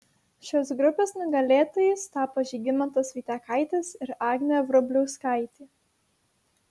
šios grupės nugalėtojais tapo žygimantas vaitiekaitis ir agnė vrubliauskaitė